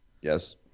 Yes